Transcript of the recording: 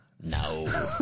No